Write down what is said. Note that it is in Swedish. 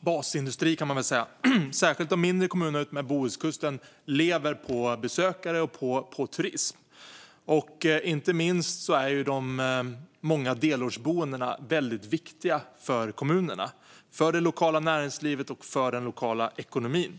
basindustri, kan man säga. Särskilt de mindre kommunerna utmed Bohuskusten lever på besökare och på turism. Inte minst är de många delårsboendena viktiga för kommunerna, för det lokala näringslivet och för den lokala ekonomin.